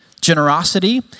generosity